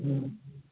हुँ